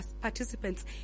participants